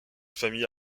famille